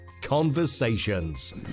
conversations